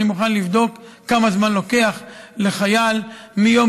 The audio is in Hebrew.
אני מוכן לבדוק כמה זמן לוקח לחייל מיום